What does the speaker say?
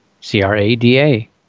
C-R-A-D-A